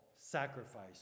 sacrifice